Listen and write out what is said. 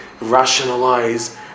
rationalize